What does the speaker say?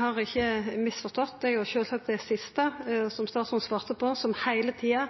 har ikkje misforstått. Det var sjølvsagt det siste som statsråden svarte på, som heile tida